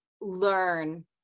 learn